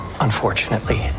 Unfortunately